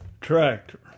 tractor